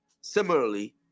Similarly